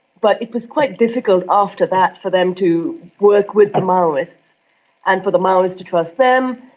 but it was quite difficult after that for them to work with the maoists and for the maoists to trust them,